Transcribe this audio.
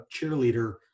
cheerleader